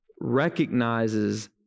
recognizes